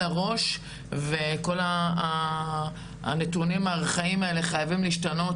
הראש וכל הנתונים הארכאיים האלה חייבים להשתנות,